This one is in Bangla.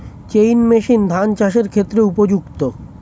চেইন মেশিন ধান চাষের ক্ষেত্রে উপযুক্ত?